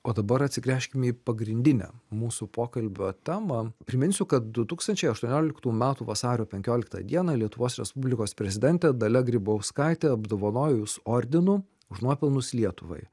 o dabar atsigręžkime į pagrindinę mūsų pokalbio temą priminsiu kad du tūkstančiai aštuonioliktų metų vasario penkioliktą dieną lietuvos respublikos prezidentė dalia grybauskaitė apdovanojo jus ordinu už nuopelnus lietuvai